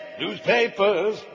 newspapers